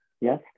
Yes